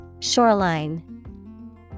Shoreline